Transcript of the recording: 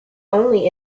only